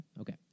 Okay